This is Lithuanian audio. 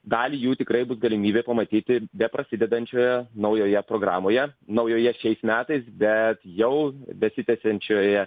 dalį jų tikrai bus galimybė pamatyti beprasidedančioje naujoje programoje naujoje šiais metais bet jau besitęsiančioje